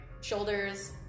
shoulders